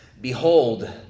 Behold